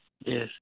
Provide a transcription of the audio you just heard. yes